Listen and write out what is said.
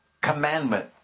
Commandment